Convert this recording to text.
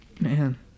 Man